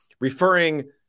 referring